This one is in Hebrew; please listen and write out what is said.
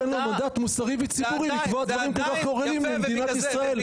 אין לו מנדט מוסרי וציבורי לקבוע דברים כל כך גורליים למדינת ישראל,